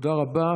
תודה רבה.